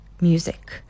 music